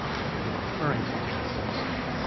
and and what i'm referring to here is suicide.